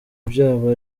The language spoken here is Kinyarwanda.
byaba